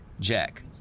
Jack